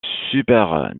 super